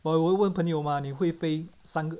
我有问朋友 mah 你会飞三